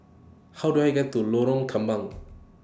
How Do I get to Lorong Kembang